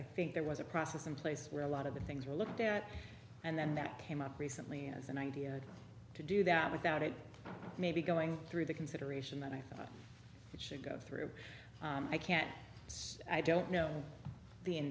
i think there was a process in place where a lot of the things were looked at and then that came up recently as an idea to do that without it maybe going through the consideration that i thought it should go through i can't i don't know